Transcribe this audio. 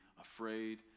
afraid